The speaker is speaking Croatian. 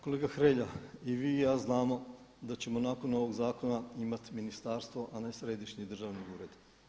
Kolega Hrelja i vi i ja znamo da ćemo nakon ovog zakona imati ministarstvo a ne središnji državni ured.